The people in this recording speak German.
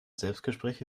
selbstgespräche